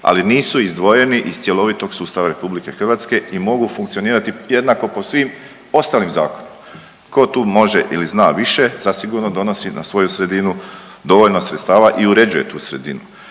ali nisu izdvojeni iz cjelovitog sustava Republike Hrvatske i mogu funkcionirati jednako po svim ostalim zakonima. Tko tu može ili zna više zasigurno donosi na svoju sredinu dovoljno sredstava i uređuje tu sredinu.